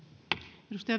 arvoisa